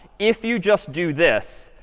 if you just do this,